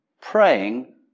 praying